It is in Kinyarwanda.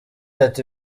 ati